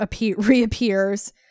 reappears